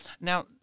Now